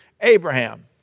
Abraham